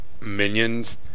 minions